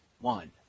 one